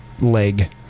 leg